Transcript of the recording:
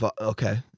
Okay